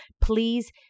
Please